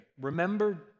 Remember